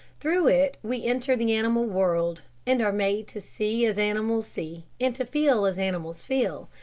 through it we enter the animal world, and are made to see as animals see, and to feel as animals feel.